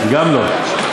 גם לא.